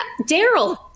Daryl